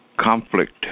conflict